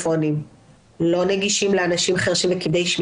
אני לא יכולה לומר את התאריך המדויק אבל זה כבר לפני כמה שבועות,